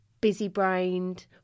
busy-brained